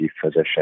physician